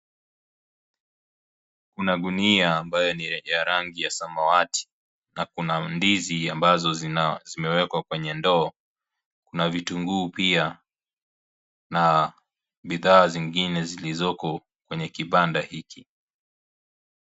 Kuna gunia ambayo ni ya rangi ya zamawati na kuna ndizi ambazo zimewekwa kwenye ndoo, kuna vitunguu pia na bidhaa zingine zilizoko kwenye kibanda hiki.